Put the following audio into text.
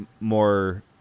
more